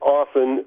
often